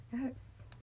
Yes